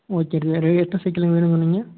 okay ரேட்டில் cycle வேணும் சொன்னீங்க